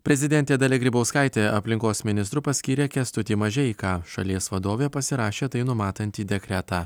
prezidentė dalia grybauskaitė aplinkos ministru paskyrė kęstutį mažeiką šalies vadovė pasirašė tai numatantį dekretą